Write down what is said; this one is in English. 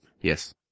Yes